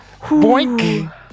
Boink